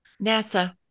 NASA